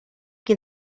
qui